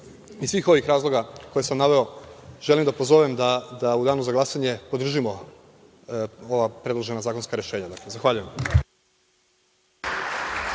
iz svih ovih razloga koje sam naveo, želim da vas pozovem da u danu za glasanje podržimo ova predložena zakonska rešenja. Zahvaljujem.